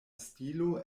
stilo